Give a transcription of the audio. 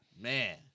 Man